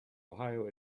ohio